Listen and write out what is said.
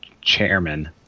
chairman –